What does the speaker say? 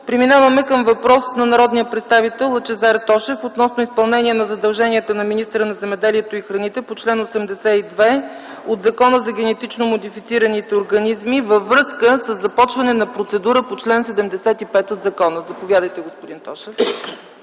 Преминаваме към въпрос на народния представител Лъчезар Тошев относно изпълнение на задълженията на министъра на земеделието и храните по чл. 82 от Закона за генетично модифицираните организми, във връзка със започване на процедура по чл. 75 от закона. Заповядайте, господин Тошев.